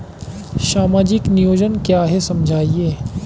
सामाजिक नियोजन क्या है समझाइए?